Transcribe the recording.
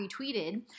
retweeted